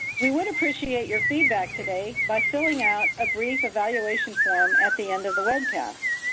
we would appreciate your feedback today by filling out a brief evaluation form at the end of the webcast.